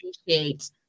appreciate